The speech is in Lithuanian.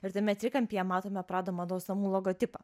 ir tame trikampyje matome prada mados namų logotipą